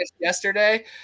yesterday